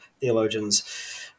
theologians